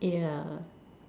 yeah